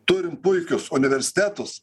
turim puikius universitetus